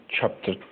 chapter